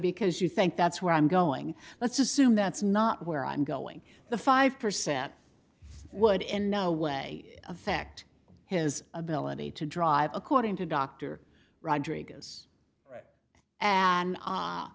because you think that's where i'm going let's assume that's not where i'm going the five percent would in no way affect his ability to drive according to dr rodriguez and